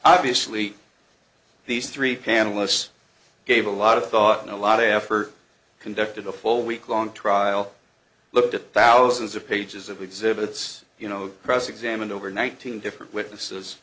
obviously these three panelists gave a lot of thought and a lot of effort conducted a full week long trial looked at thousands of pages of exhibits you know cross examined over one thousand different witnesses